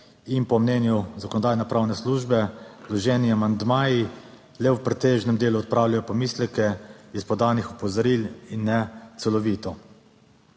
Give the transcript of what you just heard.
in po mnenju Zakonodajno-pravne službe vloženi amandmaji le v pretežnem delu odpravljajo pomisleke iz podanih opozoril, ne celovito.